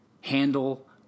handle